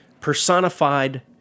personified